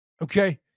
Okay